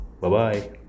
Bye-bye